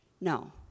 No